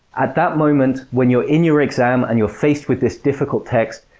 at that moment, when you're in your exam and you're faced with this difficult text,